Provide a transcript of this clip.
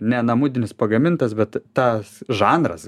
ne namudinis pagamintas bet tas žanras